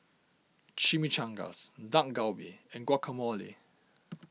Chimichangas Dak Galbi and Guacamole